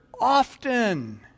often